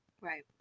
right